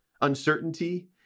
uncertainty